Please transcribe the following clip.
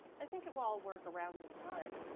i think it will all work around in time.